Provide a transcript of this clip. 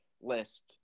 list